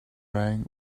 rang